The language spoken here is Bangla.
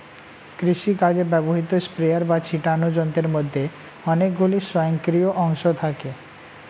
কৃষিকাজে ব্যবহৃত স্প্রেয়ার বা ছিটোনো যন্ত্রের মধ্যে অনেকগুলি স্বয়ংক্রিয় অংশ থাকে